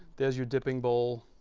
there's your dipping bowl.